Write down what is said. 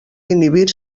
inhibir